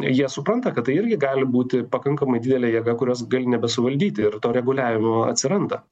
jie supranta kad tai irgi gali būti pakankamai didelė jėga kurios gali nebesuvaldyti ir to reguliavimo atsiranda